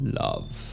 love